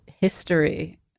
history